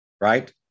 Right